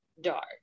dark